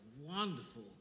wonderful